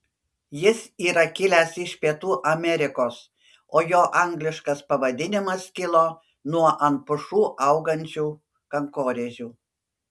jis yra kilęs iš pietų amerikos o jo angliškas pavadinimas kilo nuo ant pušų augančių kankorėžių